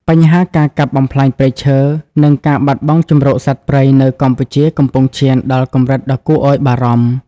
បញ្ហាការកាប់បំផ្លាញព្រៃឈើ និងការបាត់បង់ជម្រកសត្វព្រៃនៅកម្ពុជាកំពុងឈានដល់កម្រិតដ៏គួរឲ្យបារម្ភ។